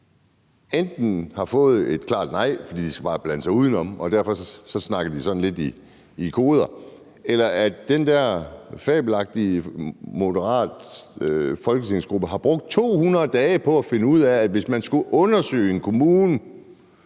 enten har fået et klart nej, fordi de bare skal blande sig udenom og derfor snakker lidt i koder, eller at den der fabelagtige moderate folketingsgruppe har brugt 200 dage på at finde ud af, at hvis man skulle undersøge en kommune,